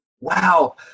wow